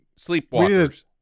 Sleepwalkers